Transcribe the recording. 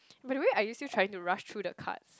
by the way are you still trying to rush through the cards